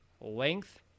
length